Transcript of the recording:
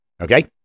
okay